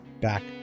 Back